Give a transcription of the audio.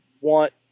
want